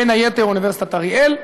בין היתר אוניברסיטת אריאל,